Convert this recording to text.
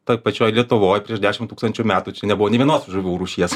toj pačioj lietuvoj prieš dešimt tūkstančių metų čia nebuvo nė vienos žuvų rūšies